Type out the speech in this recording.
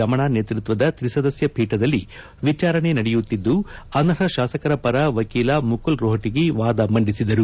ರಮಣ ನೇತೃತ್ವದ ತ್ರಿಸದಸ್ಯ ಪೀಠದಲ್ಲಿ ವಿಚಾರಣೆ ನಡೆಯುತ್ತಿದ್ದು ಅನರ್ಹ ಶಾಸಕರ ಪರ ವಕೀಲ ಮುಕುಲ್ ರೋಹ್ವಗಿ ವಾದ ಮಂಡಿಸಿದರು